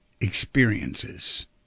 experiences